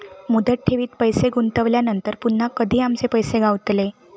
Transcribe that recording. मुदत ठेवीत पैसे गुंतवल्यानंतर पुन्हा कधी आमचे पैसे गावतले?